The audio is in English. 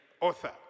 author